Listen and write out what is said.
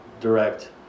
direct